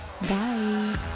Bye